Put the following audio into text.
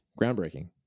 groundbreaking